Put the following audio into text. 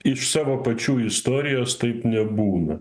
iš savo pačių istorijos taip nebūna